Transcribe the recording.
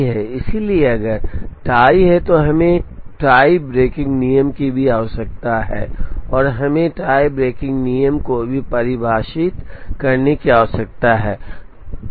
इसलिए अगर टाई है तो हमें टाई ब्रेकिंग नियम की भी आवश्यकता है और हमें टाई ब्रेकिंग नियम को भी परिभाषित करने की आवश्यकता है